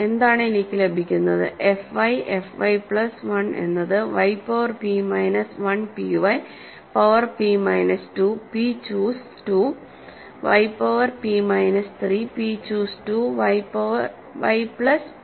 എന്താണ് എനിക്ക് ലഭിക്കുന്നത് fi fy പ്ലസ് 1 എന്നത് y power p minus 1py power p minus 2 p choose 2 y power p minus 3 p choose 2 y plus P